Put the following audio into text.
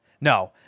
No